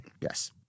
Yes